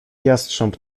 jastrząb